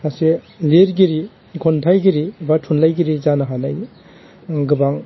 सासे लिरगिरि खन्थाइगिरि एबा थुनलाइगिरि जानायनि गोबां